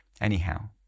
Anyhow